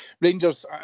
Rangers